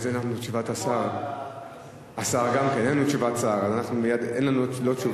אין לנו תשובת שר ואין הצבעה.